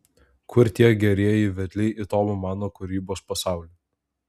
kur tie gerieji vedliai į tomo mano kūrybos pasaulį